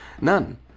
None